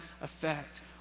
effect